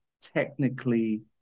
technically